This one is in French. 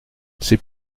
c’est